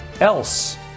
else